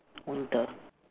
winter